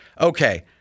Okay